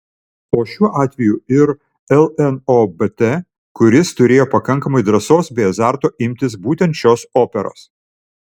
o šiuo atveju ir lnobt kuris turėjo pakankamai drąsos bei azarto imtis būtent šios operos